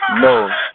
No